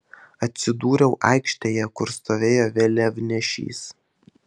atsidūriau aikštėje kur stovėjo vėliavnešys